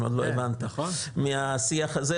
אם עוד לא הבנת מהשיח הזה,